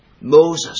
Moses